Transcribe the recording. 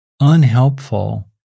unhelpful